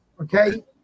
Okay